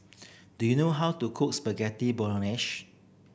do you know how to cook Spaghetti Bolognesh